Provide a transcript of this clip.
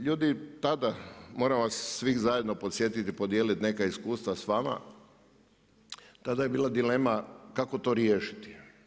Ljudi tada moram vas svih zajedno podsjetiti i podijeliti neka iskustva s vama, tada je dilema kako to riješiti.